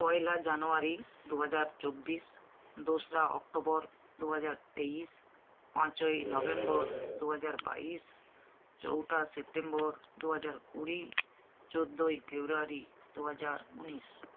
পয়লা January দু হাজার চব্বিশ দোসরা অক্টোবর দু হাজার তেইশ পাঁচই নভেম্বর দু হাজার বাইশ চৌঠা সেপ্টেম্বর দু হাজার কুড়ি চোদ্দোই ফেব্রুয়ারি দু হাজার উনিশ